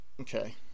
Okay